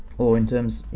or in terms,